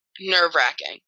nerve-wracking